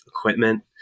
equipment